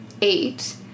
eight